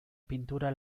pintura